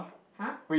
!huh!